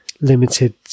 limited